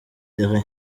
terre